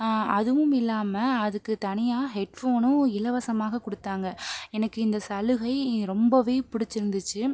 அதுவும் இல்லாமல் அதுக்கு தனியாக ஹெட் ஃபோனும் இலவசமாக கொடுத்தாங்க எனக்கு இந்த சலுகை ரொம்பவே பிடிச்சிருந்துச்சி